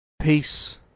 peace